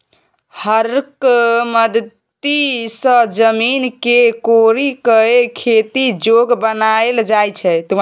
हरक मदति सँ जमीन केँ कोरि कए खेती जोग बनाएल जाइ छै